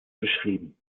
beschrieben